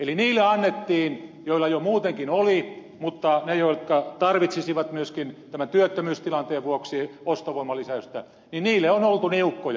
eli niille annettiin joilla jo muutenkin oli mutta ne jotka tarvitsisivat myöskin tämän työttömyystilanteen vuoksi ostovoiman lisäystä niin niille on oltu niukkoja